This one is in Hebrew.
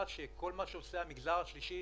הדבר הזה עלה לראשונה מה-29 במרס.